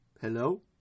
Hello